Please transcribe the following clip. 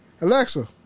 Alexa